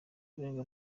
kurenga